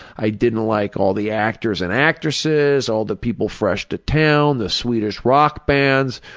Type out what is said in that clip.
i didn't like all the actors and actresses, all the people fresh to town, the swedish rock bands,